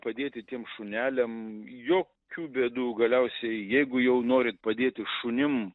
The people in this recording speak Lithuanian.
padėti tiem šuneliam jokių bėdų galiausiai jeigu jau norit padėti šunim